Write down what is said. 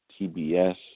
TBS